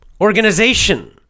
Organization